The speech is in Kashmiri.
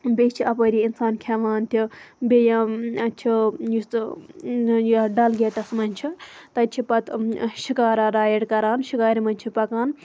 بیٚیہِ چھ اَپٲری انسان کھیٚوان تہِ بیٚیہِ چھُ یُس یَتھ ڈَلگیٹَس مَنٛز چھ تَتہِ چھِ پَتہٕ شِکارا رایڈ کران شِکارِ مَنز چھِ پَکان